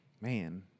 man